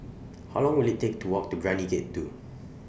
How Long Will IT Take to Walk to Brani Gate two